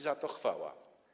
Za to chwała.